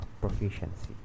proficiency